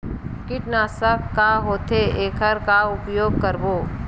कीटनाशक का होथे एखर का उपयोग करबो?